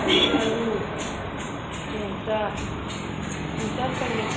ꯑꯗꯒꯤ ꯑꯥꯂꯨ ꯌꯣꯡꯆꯥꯛ ꯌꯣꯡꯆꯥꯛ ꯐꯪꯏ